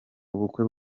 ubukwe